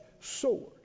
sword